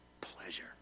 pleasure